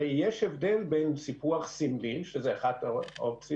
הרי יש הבדל בין סיפוח סמלי שזו אחת האופציות